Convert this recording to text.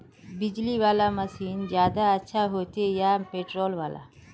बिजली वाला मशीन ज्यादा अच्छा होचे या पेट्रोल वाला?